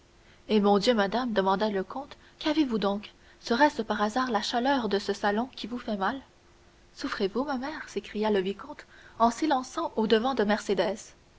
eh mon dieu madame demanda le comte qu'avez vous donc serait-ce par hasard la chaleur de ce salon qui vous fait mal souffrez-vous ma mère s'écria le vicomte en s'élançant au-devant de mercédès